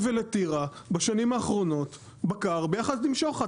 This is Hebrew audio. ולטירה בשנים האחרונות בקר ביחד עם שוחט,